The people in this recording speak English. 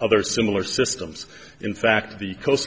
other similar systems in fact the coast